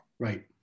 Right